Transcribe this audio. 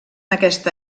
aquesta